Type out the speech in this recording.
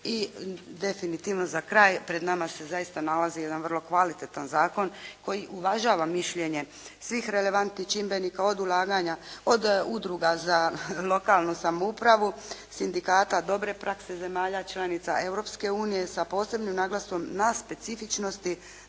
I definitivno za kraj, pred nama se zaista nalazi jedan vrlo kvalitetan zakon koji uvažava mišljenje svih relevantnih čimbenika od ulaganja, od udruga za lokalnu samoupravu, sindikata dobre prakse zemalja članica Europske unije sa posebnim naglaskom na specifičnosti.